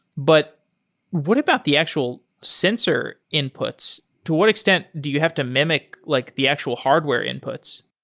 but what about the actual sensor inputs? to what extent do you have to mimic like the actual hardware inputs?